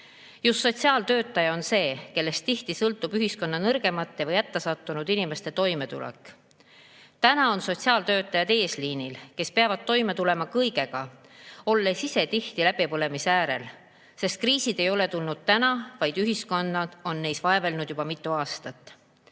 Just sotsiaaltöötaja on see, kellest tihti sõltub ühiskonna nõrgemate või hätta sattunud inimeste toimetulek. Praegu on sotsiaaltöötajad eesliinil. Nad peavad toime tulema kõigega, olles ise tihti läbipõlemise äärel, sest kriisid ei ole tulnud täna, vaid ühiskonnad on neis vaevelnud juba mitu aastat.